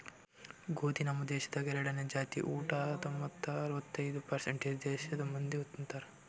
ಗೋದಿ ನಮ್ ದೇಶದಾಗ್ ಎರಡನೇ ಜಾಸ್ತಿ ಊಟ ಅದಾ ಮತ್ತ ಅರ್ವತ್ತೈದು ಪರ್ಸೇಂಟ್ ದೇಶದ್ ಮಂದಿ ತಿಂತಾರ್